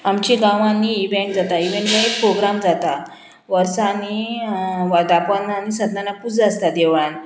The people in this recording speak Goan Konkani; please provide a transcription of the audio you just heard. आमच्या गांवांनी इवेंट जाता इवँट प्रोग्राम जाता वर्सांनी वर्तापन आनी सत्यनारायण पुजा आसता देवळान